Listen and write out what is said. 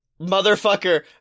motherfucker